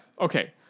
Okay